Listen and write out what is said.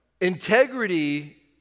Integrity